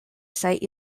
site